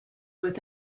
with